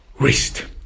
wrist